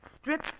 Strip